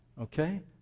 Okay